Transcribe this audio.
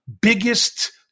biggest